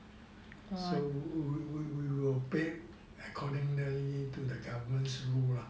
so we we we will paid according to the government's rule lah